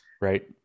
right